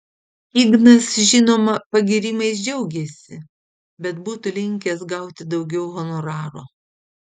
ignas žinoma pagyrimais džiaugėsi bet būtų linkęs gauti daugiau honoraro